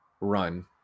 run